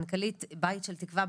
מנכ"לית בית של תקווה,